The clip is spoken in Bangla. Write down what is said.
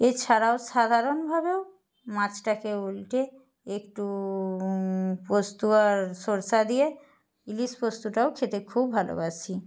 এছাড়াও সাধারণভাবেও মাছটাকে উল্টে একটু পোস্ত আর সর্ষা দিয়ে ইলিশ পোস্তটাও খেতে খুব ভালোবাসি